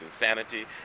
insanity